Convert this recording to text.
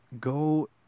go